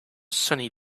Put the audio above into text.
sunny